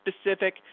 specific